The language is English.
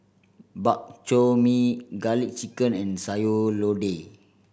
Bak Chor Mee Garlic Chicken and Sayur Lodeh